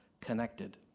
connected